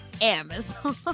Amazon